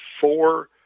four